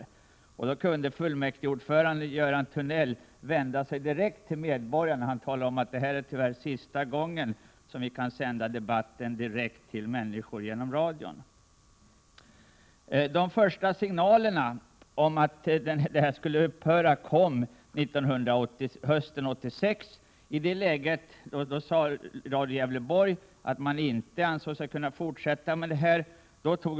Vid det tillfället vände sig fullmäktigeordföranden Göran Thunell direkt till medborgarna. Han talade om att detta tyvärr var sista gången som debatten kunde sändas i radio, direkt till lyssnarna. De första signalerna om att verksamheten skulle upphöra kom hösten 1986. I det läget menade man på Radio Gävleborg att utsändningarna inte kunde fortsätta.